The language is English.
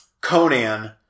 Conan